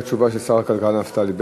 נעבור לדברי התשובה של שר הכלכלה נפתלי בנט.